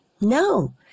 No